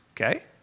Okay